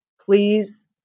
Please